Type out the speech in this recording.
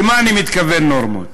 למה אני מתכוון נורמות?